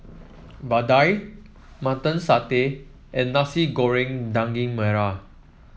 vadai Mutton Satay and Nasi Goreng Daging Merah